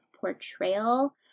portrayal